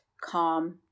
calm